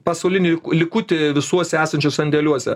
pasaulinį likutį visuose esančius sandėliuose